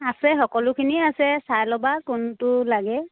আছে সকলোখিনি আছে চাই ল'বা কোনটো লাগে